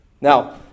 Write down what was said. Now